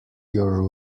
your